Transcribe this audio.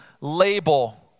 label